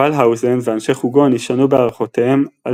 ולהאוזן ואנשי חוגו נשענו בהערכותיהם על